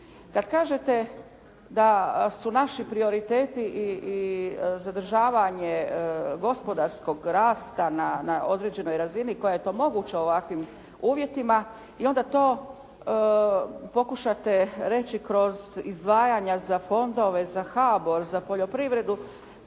Kad kažete da su naši prioriteti i zadržavanje gospodarskog rasta na određenoj razini koja je to moguće u ovakvim uvjetima i onda to pokušate reći kroz izdvajanja za fondove, za HABOR, za poljoprivredu.